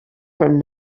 from